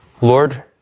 Lord